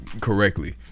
Correctly